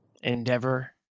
endeavor